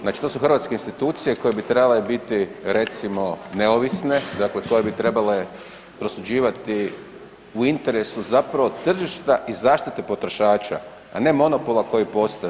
Znači to su hrvatske institucije koje bi trebale biti recimo neovisne, dakle koje bi trebale prosuđivati u interesu zapravo tržišta i zaštite potrošača a ne monopola koji postavlja.